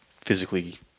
physically